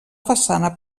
façana